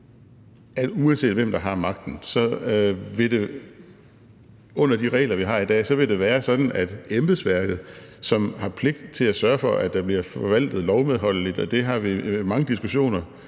det under de regler, vi har i dag, være sådan, at embedsværket, som har pligt til at sørge for, at der bliver forvaltet lovmedholdeligt – det har vi mange diskussioner